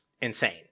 insane